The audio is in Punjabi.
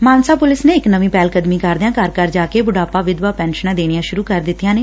ਮਾਨਸਾ ਪੁਲਿਸ ਨੇ ਇਕ ਨਵੀ ਪਹਿਲਕਦਮੀ ਕਰਦਿਆਂ ਘਰ ਘਰ ਜਾ ਕੇ ਬੁਢਾਪਾ ਅਤੇ ਵਿਧਵਾ ਪੈਨਸ਼ਨਾਂ ਦੇਣੀਆਂ ਸੁਰੂ ਕੀਤੀਆਂ ਨੇ